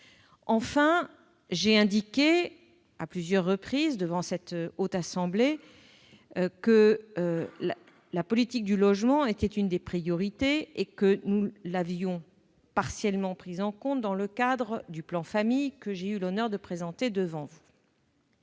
je l'ai indiqué à plusieurs reprises devant la Haute Assemblée, la politique du logement est l'une de nos priorités et nous l'avons déjà partiellement prise en compte dans le cadre du plan Famille, que j'ai eu l'honneur de présenter devant vous.